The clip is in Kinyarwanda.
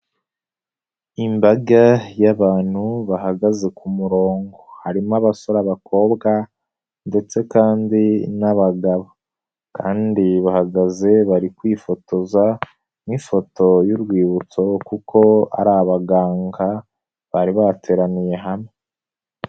Imbaga y'abantu bahagaze ku murongo. harimo abasore, abakobwa ndetse kandi n'abagabo. Kandi bahagaze bari kwifotoza nk'ifoto y'urwibutso kuko ari abaganga bari bateraniye hamwe.